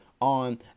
on